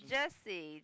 Jesse